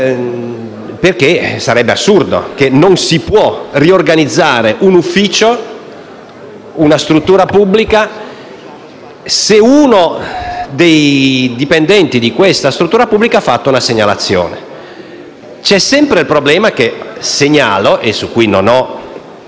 reato. Sarebbe assurdo che non si possa riorganizzare un ufficio, una struttura pubblica, se uno dei dipendenti di questa struttura avesse fatto una segnalazione. C'è sempre il problema che segnalo, e su cui non ho